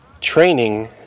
training